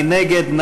מי נגד?